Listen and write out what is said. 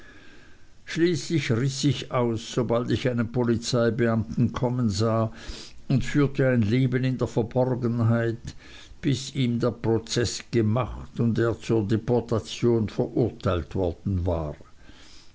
schließlich riß ich aus sobald ich einen polizeibeamten kommen sah und führte ein leben in der verborgenheit bis ihm der prozeß gemacht und er zur deportation verurteilt worden war